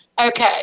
okay